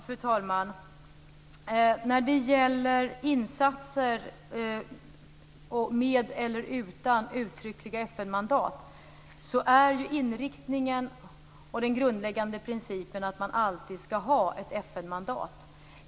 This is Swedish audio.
Fru talman! När det gäller insatser med eller utan uttryckliga FN-mandat är inriktningen och den grundläggande principen att man alltid skall ha ett FN-mandat.